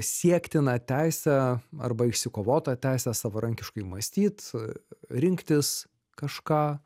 siektiną teisę arba išsikovotą teisę savarankiškai mąstyt rinktis kažką